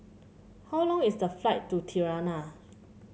how long is the flight to Tirana